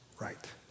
right